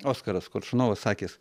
oskaras koršunovas sakęs